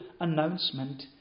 announcement